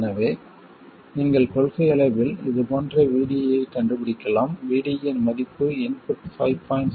எனவே நீங்கள் கொள்கையளவில் இது போன்று VD ஐக் கண்டுபிடிக்கலாம் VD இன் மதிப்பு இன்புட் 5